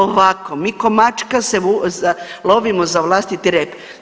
Ovako mi ko mačka se lovimo za vlastiti rep.